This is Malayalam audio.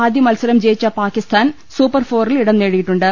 ആദ്യമത്സരം ജയിച്ച പാകിസ്ഥാൻ സൂപ്പർഫോറിൽ ഇടം നേടിയിട്ടുണ്ട്